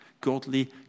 Godly